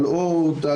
אורט,